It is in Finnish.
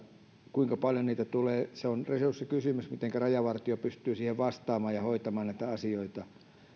kuinka paljon niitä tulee ja se on resurssikysymys mitenkä rajavartiosto pystyy siihen vastaamaan ja hoitamaan näitä asioita